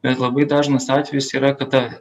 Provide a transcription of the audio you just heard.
bet labai dažnas atvejis yra kada